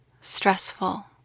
stressful